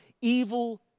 evil